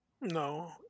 no